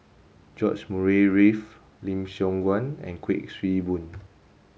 George Murray Reith Lim Siong Guan and Kuik Swee Boon